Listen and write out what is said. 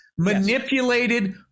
Manipulated